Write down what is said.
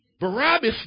Barabbas